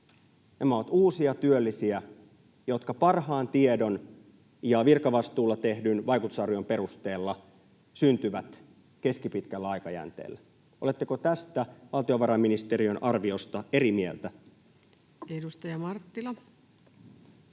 Nämä ovat uusia työllisiä, jotka parhaan tiedon ja virkavastuulla tehdyn vaikutusarvion perusteella syntyvät keskipitkällä aikajänteellä. Oletteko tästä valtiovarainministeriön arviosta eri mieltä? [Speech 157]